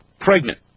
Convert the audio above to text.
pregnant